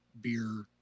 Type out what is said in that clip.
beer